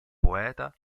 poeta